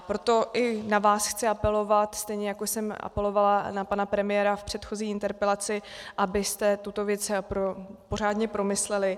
Proto i na vás chci apelovat, stejně jako jsem apelovala na pana premiéra v předchozí interpelaci, abyste tuto věc pořádně promysleli.